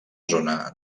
zona